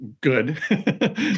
good